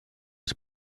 has